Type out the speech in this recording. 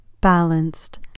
balanced